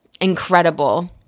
incredible